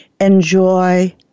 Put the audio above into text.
Enjoy